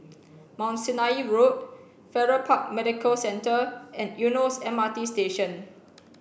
Mount Sinai Road Farrer Park Medical Centre and Eunos M R T Station